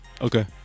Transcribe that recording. Okay